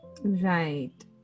Right